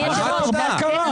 מה קרה?